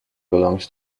belongs